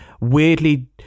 weirdly